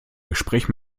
gespräch